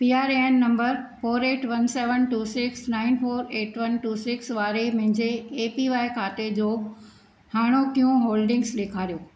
P R A N number four eight one seven two six nine four eight one two six वारे मुंहिंजे A P Y खाते जूं हाणोकियूं holdings ॾेखारियो